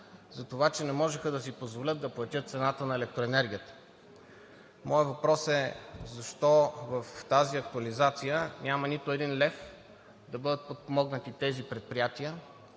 затова че не можеха да си позволят да платят цената на електроенергията. Моят въпрос е: защо в тази актуализация няма нито един лев да бъдат подпомогнати тези предприятия?